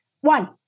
One